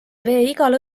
igal